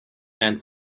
and